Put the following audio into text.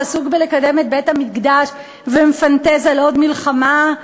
עסוק בלקדם את בית-המקדש ומפנטז על עוד מלחמה,